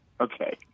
Okay